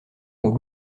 aux